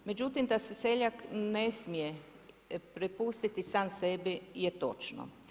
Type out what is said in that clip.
Međutim, da se seljak ne smije prepustiti sam sebi je točno.